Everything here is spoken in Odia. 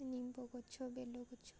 ନିମ୍ବ ଗଛ ବେଲ ଗଛ